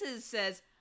says